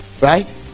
right